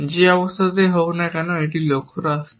যে অবস্থাই হোক না কেন একটি লক্ষ্য রাষ্ট্র